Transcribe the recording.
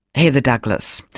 heather douglas.